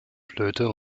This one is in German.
flöte